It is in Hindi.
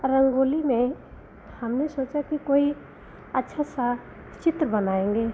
रंगोली में हमने सोचा कि कोई अच्छा सा चित्र बनाएँगे